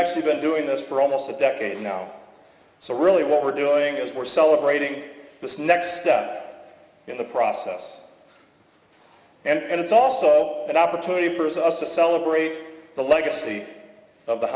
actually been doing this for almost a decade now so really what we're doing is we're celebrating this next that in the process and it's also an opportunity for us to celebrate the legacy of the